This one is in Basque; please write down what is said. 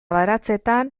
baratzeetan